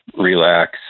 relax